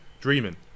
dreaming